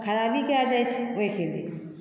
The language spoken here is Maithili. खराबी कए जाइ छै ओहिके लिये